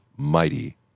mighty